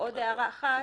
עוד הערה אחת.